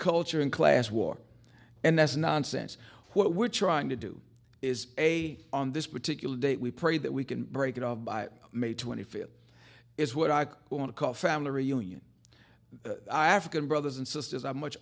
culture and class war and that's nonsense what we're trying to do is a on this particular day we pray that we can break it off by may twenty fifth is what i want to call family reunion african brothers and sisters are much